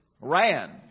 ran